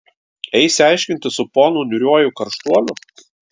eisi aiškintis su ponu niūriuoju karštuoliu